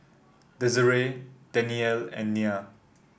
Desiree Danielle and Nyah